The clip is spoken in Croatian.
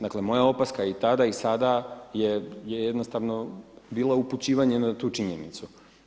Dakle, moja opaska i tada i sada je jednostavno bila upućivanje na tu činjenicu.